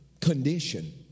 condition